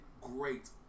great